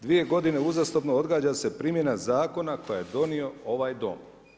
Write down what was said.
Dvije godine uzastopno odgađa se primjena zakona koji je donio ovaj Dom.